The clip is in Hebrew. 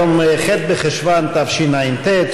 היום ח' בחשוון תשע"ט,